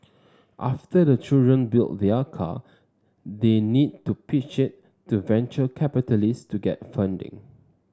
after the children build their car they need to pitch it to venture capitalist to get funding